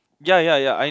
ya ya ya I